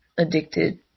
addicted